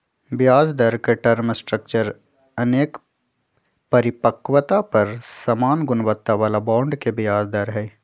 ब्याजदर के term structure अनेक परिपक्वता पर समान गुणवत्ता बला बॉन्ड के ब्याज दर हइ